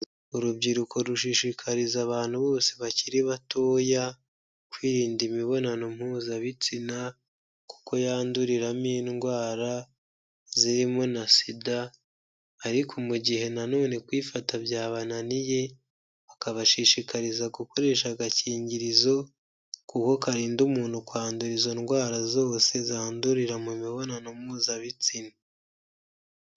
Urubyiruko rushishikariza abantu bose bakiri batoya, kwirinda imibonano mpuzabitsina, kuko yanduriramo indwara, zirimo na SIDA, ariko mu gihe nonene kwifata byabananiye, bakabashishikariza gukoresha agakingirizo, kuko karinda umuntu kwandura izo ndwara zose zandurira mu mibonano mpuzabitsina.